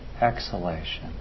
exhalation